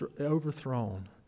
overthrown